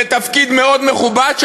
תפקיד מכובד מאוד,